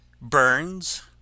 burns